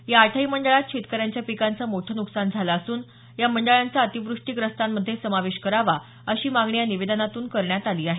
या आठही मंडळात शेतकऱ्यांच्या पिकांचं मोठं नुकसान झालं असून या मंडळांचा अतिव्रष्टीग्रस्तांमध्ये समाविष्ट करावा अशी मागणी या निवेदनातून करण्यात आली आहे